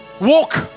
walk